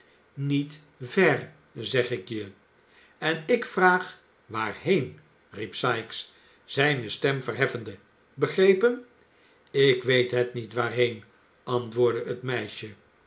niet ver zeg ik je en ik vraag waarheen riep sikes zijne stem verheffende begrepen ik weet het niet waarheen antwoordde het meisje